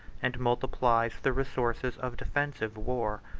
and multiplies the resources of defensive war.